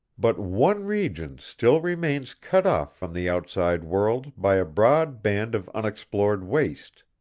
but one region still remains cut off from the outside world by a broad band of unexplored waste.